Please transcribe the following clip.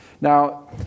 Now